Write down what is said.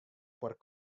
foar